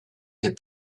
est